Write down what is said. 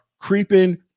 Creeping